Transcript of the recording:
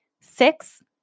six